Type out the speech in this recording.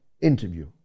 interview